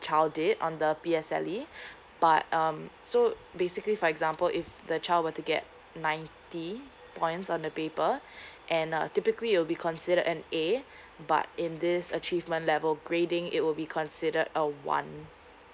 child did on the B_S salle but um so basically for example if the child were to get ninety points on the paper and uh typically will be considered an A but in this achievement level grading it would be considered a one